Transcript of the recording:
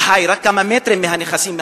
חי רק כמה מטרים מהנכסים,